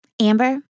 Amber